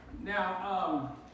Now